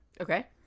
Okay